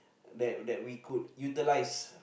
that that we could utilize